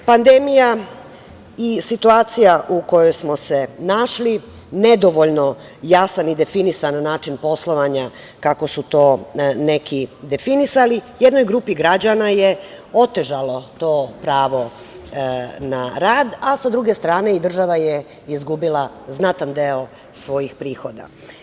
Pandemija i situacija u kojoj smo se našli, nedovoljno jasan i definisan način poslovanja, kako su to neki definisali, jednoj grupi građana je otežalo to pravo na rad, a sa druge strane, i država je izgubila znatan deo svojih prihoda.